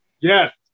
yes